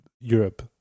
Europe